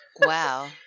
Wow